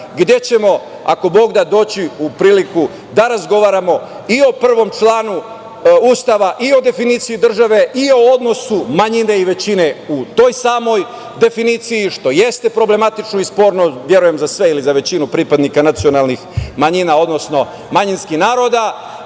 gde ćemo, ako Bog da, doći u priliku da razgovaramo i o prvom članu Ustava i o definiciji države i o odnosu manjine i većine u toj samoj definiciji, što jeste problematično i sporno, verujem, za sve ili za većinu pripadnika nacionalnih manjina, odnosno manjinskih naroda.